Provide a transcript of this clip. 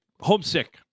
Homesick